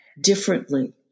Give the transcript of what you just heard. differently